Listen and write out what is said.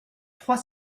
trois